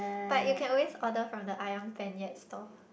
but you can always order from the Ayam-Penyet store